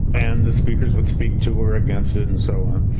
and the speakers would speak to or against it and so on.